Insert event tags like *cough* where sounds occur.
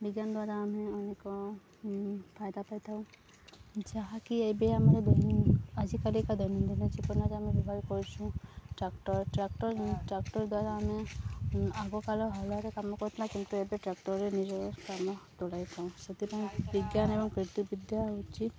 ବିଜ୍ଞାନ ଦ୍ୱାରା ଆମେ ଅନେକ ଫାଇଦା ପାଇଥାଉ ଯାହାକି ଏବେ ଆମେ ଆଜିକାିକା ଦୈନନ୍ଦିନ ଜୀବନରେ ଆମେ ବ୍ୟବହାର କରିସୁଁ ଟ୍ରାକ୍ଟର ଟ୍ରାକ୍ଟର ଟ୍ରାକ୍ଟର ଦ୍ୱାରା ଆମେ ଆଗକାଲ *unintelligible* କାମ କରିୁଥିଲା କିନ୍ତୁ ଏବେ ଟ୍ରାକ୍ଟରରେ ନିଜର କାମ ତୋଲାଇଥାଉ ସେଥିପାଇଁ ବିଜ୍ଞାନ ଏବଂ *unintelligible* ବିଦ୍ୟା ହେଉଛି